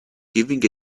giving